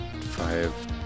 five